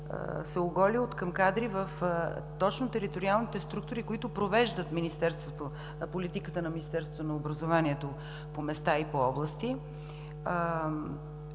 се оголи откъм кадри точно в териториалните структури, които провеждат политиката на Министерството на образованието и науката по места и по области.